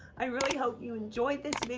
i really hope you enjoyed this video